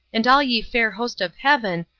and all ye fair host of heaven,